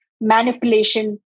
Manipulation